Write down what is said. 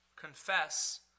confess